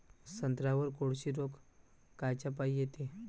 संत्र्यावर कोळशी रोग कायच्यापाई येते?